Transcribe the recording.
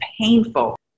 painful